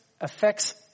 affects